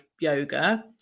yoga